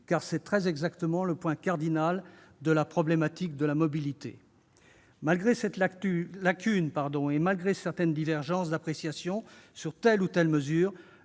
car ce sont là très exactement les points cardinaux de la problématique de la mobilité. Malgré cette lacune et certaines divergences d'appréciation sur telle ou telle mesure,